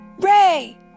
Ray